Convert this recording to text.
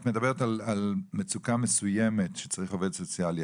את מדברת על מצוקה מסוימת שצריך עובדת סוציאלית.